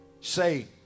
Say